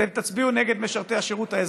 אתם תצביעו נגד משרתי השירות הלאומי,